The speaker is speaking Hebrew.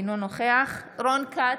אינו נוכח רון כץ,